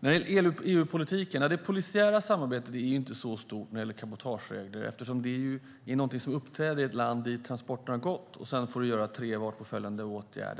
Låt mig ta upp detta med samarbete inom EU. Det polisiära samarbetet är inte så stort när det gäller cabotageregler eftersom det är något som uppträder i det land dit transporten har gått, där man sedan får göra tre lastningar eller lossningar.